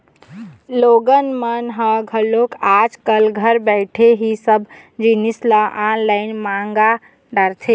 लोगन मन ह घलोक आज कल घर बइठे ही सब जिनिस ल ऑनलाईन मंगा डरथे